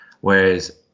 whereas